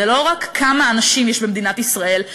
כי זה לא רק כמה אנשים יש במדינת ישראל,